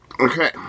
okay